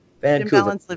Vancouver